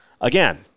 Again